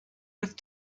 with